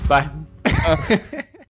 Bye